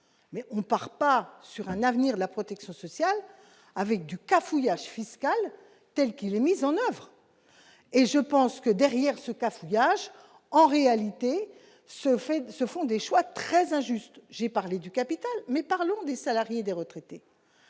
mais on ne part pas sur un avenir la protection sociale avec du cafouillage fiscale telle qu'il est mis en oeuvre et je pense que derrière ce cafouillage en réalité ce fait se font des choix très injuste, j'ai parlé du capital mais parlons des salariés, des retraités,